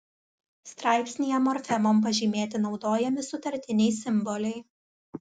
straipsnyje morfemom pažymėti naudojami sutartiniai simboliai